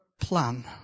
plan